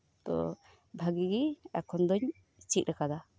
ᱛᱚ ᱵᱷᱟᱜᱮᱹᱜᱮ ᱮᱠᱷᱚᱱ ᱫᱚᱧ ᱪᱮᱫ ᱟᱠᱟᱫᱟ